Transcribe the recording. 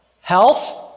health